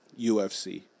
UFC